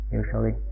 usually